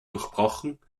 durchbrochen